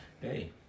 Hey